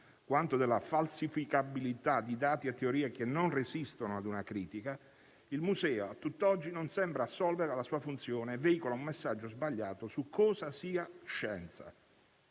quanto della falsificabilità di dati e teorie che non resistono a una critica. A tutt'oggi il museo non sembra assolvere alla sua funzione e veicola un messaggio sbagliato su cosa sia scienza.